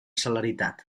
celeritat